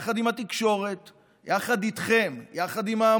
יחד עם התקשורת,